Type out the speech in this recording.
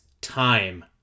time